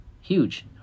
huge